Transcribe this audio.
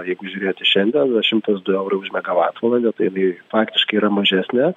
jeigu žiūrėti šiandien šimtas du eurai už megavatvalandę tai jinai faktiškai yra mažesnė